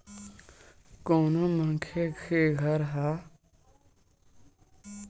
कोनो मनखे के घर ह घलो अचल संपत्ति म आथे काबर के एखर नेहे ह घलो भुइँया ले जुड़े रहिथे